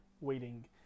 waiting